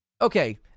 Okay